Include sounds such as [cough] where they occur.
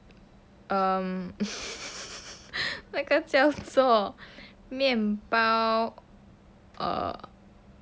um [laughs] 那个叫做面包 err